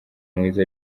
mwiza